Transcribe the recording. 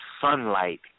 sunlight